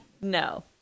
no